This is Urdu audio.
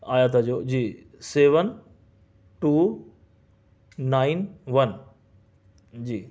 آیا تھا جو G seven two nine one جی